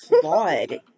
flawed